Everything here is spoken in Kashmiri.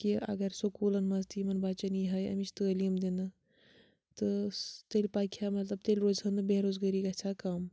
کہِ اگر سکوٗلَن منٛز تہِ یِمَن بَچَن یی ہا یہِ اَمِچ تٲلیٖم دِنہٕ تہٕ سُہ تیٚلہِ پَکہِ ہا مَطلَب تیٚلہِ روز ہَن نہٕ بے روزگٲری گژھِ ہا کَم